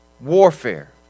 warfare